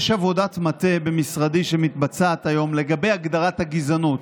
יש עבודת מטה שמתבצעת היום במשרדי לגבי הגדרת הגזענות.